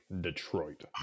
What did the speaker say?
Detroit